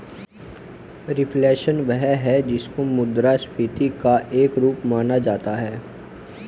reflation वह है जिसको मुद्रास्फीति का एक रूप माना जा सकता है